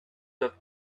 looked